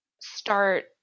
start